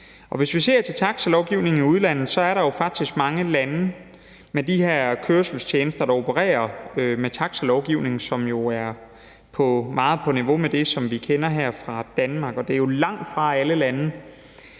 Hvis vi ser til taxalovgivningen i udlandet, er der faktisk mange lande med de her kørselstjenester, der opererer med en taxalovgivning, som er meget på niveau med den, som vi kender her i Danmark. Og det er langtfra alle lande,